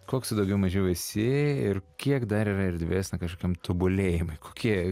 koks tu daugiau mažiau esi ir kiek dar yra erdvės na kažkiam tobulėjimui kokie